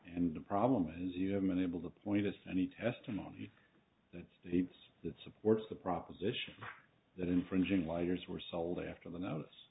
and the problem is you haven't been able to point us to any testimony that's the piece that supports the proposition that infringing lighters were sold after the notice